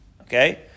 Okay